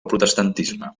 protestantisme